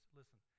listen